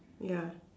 ya